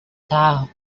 تحقق